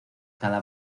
cada